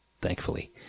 Thankfully